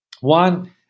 One